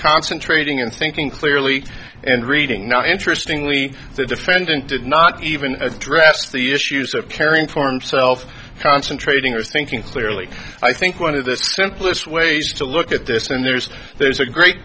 concentrating and thinking clearly and reading not interesting we the defendant did not even address the issues of caring for him self concentrating or thinking clearly i think one of the simplest ways to look at this and there's there's a great